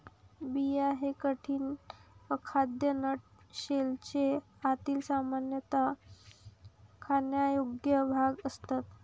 बिया हे कठीण, अखाद्य नट शेलचे आतील, सामान्यतः खाण्यायोग्य भाग असतात